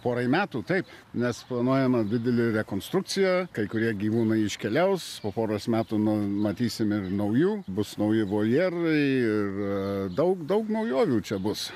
porai metų taip nes planuojama didelė rekonstrukcija kai kurie gyvūnai iškeliaus po poros metų nu matysim ir naujų bus nauji voljerai ir daug daug naujovių čia bus